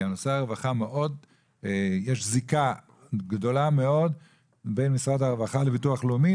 כי משרד הרווחה יש זיקה גדולה מאוד בין משרד הרווחה לביטוח לאומי,